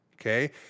Okay